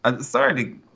Sorry